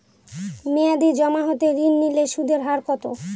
মেয়াদী জমা হতে ঋণ নিলে সুদের হার কত?